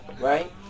right